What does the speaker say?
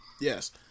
Yes